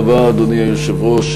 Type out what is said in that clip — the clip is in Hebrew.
אדוני היושב-ראש,